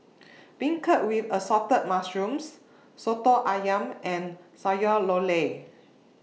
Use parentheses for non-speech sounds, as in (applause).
Beancurd with Assorted Mushrooms Soto Ayam and Sayur (unintelligible)